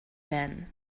ben